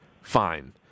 fine